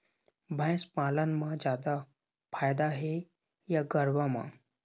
भैंस पालन म जादा फायदा हे या गरवा म?